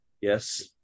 yes